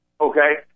Okay